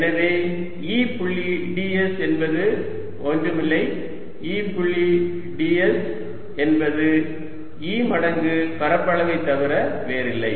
எனவே E புள்ளி ds என்பது ஒன்றும் இல்லை E புள்ளி ds என்பது E மடங்கு பரப்பளவைத் தவிர வேறில்லை